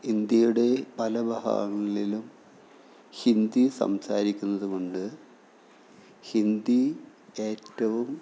ഇന്ത്യയുടെ പല ഭാഗങ്ങളിലും ഹിന്ദി സംസാരിക്കുന്നത് കൊണ്ട് ഹിന്ദി ഏറ്റവും